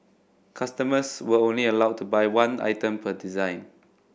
customers were only allowed to buy one item per design